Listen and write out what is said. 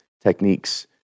techniques